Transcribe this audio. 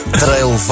trail